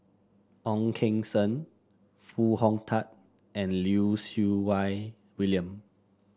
Ong Keng Sen Foo Hong Tatt and Lim Siew Wai William